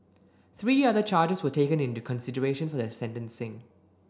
three other charges were taken into consideration for the sentencing